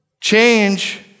change